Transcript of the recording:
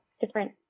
different